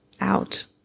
out